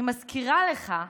אני מזכירה לך,